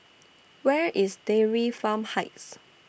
Where IS Dairy Farm Heights